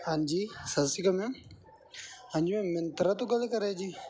ਹਾਂਜੀ ਸਤਿ ਸ਼੍ਰੀ ਅਕਾਲ ਮੈਮ ਹਾਂਜੀ ਮੈਮ ਮਿੰਤਰਾ ਤੋ ਗੱਲ ਕਰ ਰਹੇ ਹੋ ਜੀ